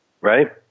right